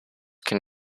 can